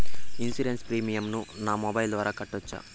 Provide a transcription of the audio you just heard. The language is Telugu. ఇన్సూరెన్సు ప్రీమియం ను నా మొబైల్ ద్వారా కట్టొచ్చా?